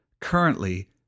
currently